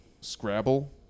Scrabble